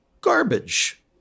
Garbage